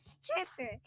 stripper